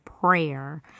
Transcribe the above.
prayer